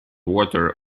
water